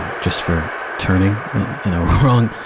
just for turning in, in a wrong,